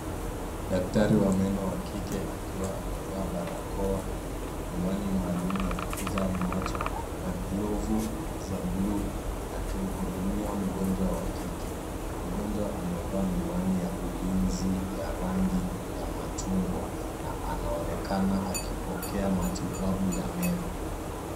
Daktari wa meno wa kike, akiwa amevaa barakoa, miwani maalumu ya kukuza macho na glovu za blue , akimhudumia mgonjwa wa kike. Mgonjwa amevaa miwani ya ulinzi ya rangi ya machungwa, na anaonekana akipokea matibabu ya meno.